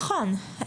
נכון.